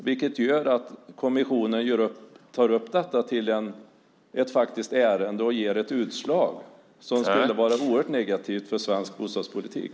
Det gör att kommissionen tar upp detta som ett faktiskt ärende och ger ett utslag som skulle kunna vara oerhört negativt för svensk bostadspolitik.